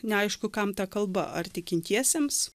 neaišku kam ta kalba ar tikintiesiems